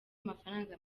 amafaranga